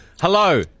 Hello